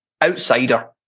outsider